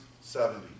seventy